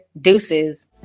Deuces